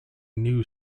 new